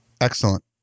Excellent